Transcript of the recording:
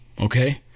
Okay